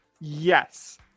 Yes